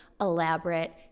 elaborate